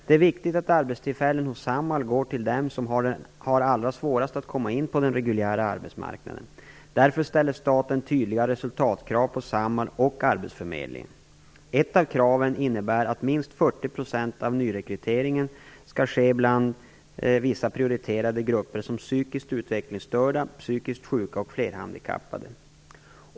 Det är viktigt att arbetstillfällen hos Samhall går till dem som har allra svårast att komma in på den reguljära arbetsmarknaden. Därför ställer staten tydliga resultatkrav på Samhall och arbetsförmedlingen. Ett av kraven innebär att minst 40 % av nyrekryteringen skall ske bland vissa prioriterade grupper som psykiskt utvecklingsstörda, psykiskt sjuka och flerhandikappade.